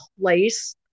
place